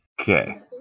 okay